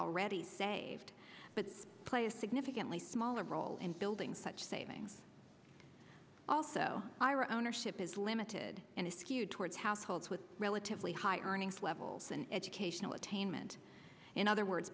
already saved but play a significantly smaller role in building such savings also ira ownership is limited and is skewed towards households with relatively high earnings levels and educational attainment in other words